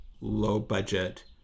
low-budget